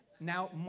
Now